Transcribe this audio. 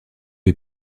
est